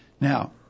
Now